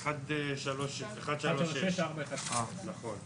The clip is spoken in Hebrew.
שלום לכולכם,